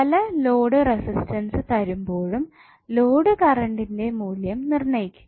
പല load resistance തരുമ്പോഴും load കറണ്ടിന്റെ മൂല്യം നിർണയിക്കുക